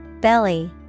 Belly